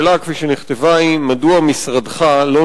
וביוב.